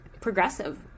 progressive